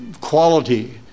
quality